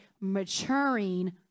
maturing